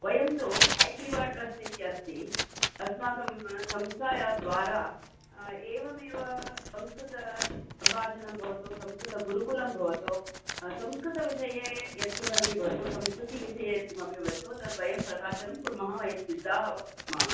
वयं तु हैग्रिवा ट्रस्ट् इति अस्ति अस्माकं संस्थायाः द्वारा एवमेव संस्कृतसम्भाषणं भवतु संस्कृतगुरुकुलं भवतु संस्कृतविषये यत्किमपि भवतु संस्कृतिविषये यत्कमपि भवतु तद्वयं प्रकाशनं कुर्मः वयं सिद्धाः स् मा